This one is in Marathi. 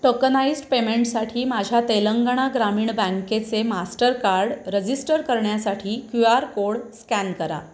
टोकनाइज्ड पेमेंटसाठी माझ्या तेलंगणा ग्रामीण बँकेचे मास्टरकार्ड रजिस्टर करण्यासाठी क्यू आर कोड स्कॅन करा